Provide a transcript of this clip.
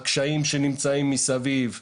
הקשיים שנמצאים מסביב.